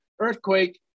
earthquake